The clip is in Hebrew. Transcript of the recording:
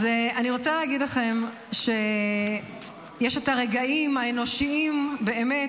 אז אני רוצה להגיד לכם שיש את הרגעים האנושיים באמת,